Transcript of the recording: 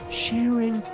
sharing